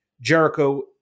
Jericho